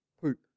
poop